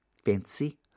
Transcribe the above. Fancy